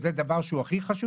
שזה דבר שהוא הכי חשוב.